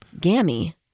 Gammy